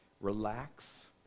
Relax